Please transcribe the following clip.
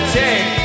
take